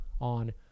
on